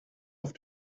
auf